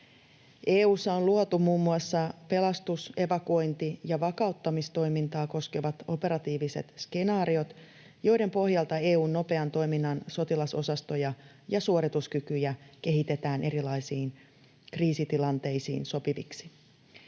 EU:ssa on luotu muun muassa pelastus-, evakuointi- ja vakauttamistoimintaa koskevat operatiiviset skenaariot, joiden pohjalta EU:n nopean toiminnan sotilasosastoja ja suorituskykyjä kehitetään erilaisiin kriisitilanteisiin sopiviksi.